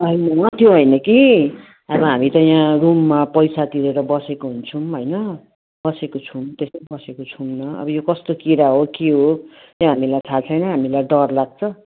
होइन त्यो होइन कि अब हामी त यहाँ रुममा पैसा तिरेर बसेको हुन्छौँ होइन बसेको छौँ त्यसै बसेको छैनौँ अब यो कस्तो किरा हो के हो त्यो हामीलाई थाहा छैन हामीलाई डर लाग्छ